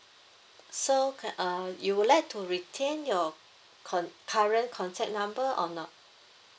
so ca~ uh you would like to retain your con~ current contact number or not